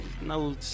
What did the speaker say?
no